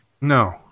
No